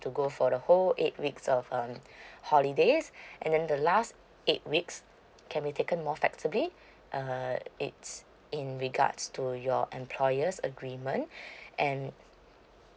I go for the whole eight weeks of um holidays and then the last eight weeks can be taken more flexibly uh it's in regards to your employers agreement and